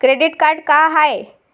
Credit card का हाय?